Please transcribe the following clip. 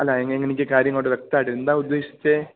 അല്ല എനിക്ക് കാര്യം അങ്ങോട്ട് വ്യക്തായിട്ടില്ല എന്താ ഉദ്ദേശിച്ചേ